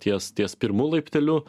ties ties pirmu laipteliu